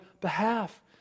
behalf